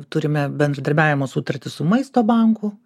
turime bendradarbiavimo sutartį su maisto banku